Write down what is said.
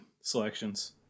selections